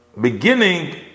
Beginning